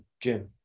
Jim